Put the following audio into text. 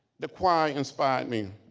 the choir inspired me